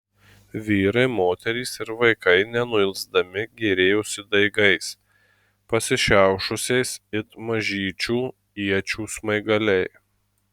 vyrai moterys ir vaikai nenuilsdami gėrėjosi daigais pasišiaušusiais it mažyčių iečių smaigaliai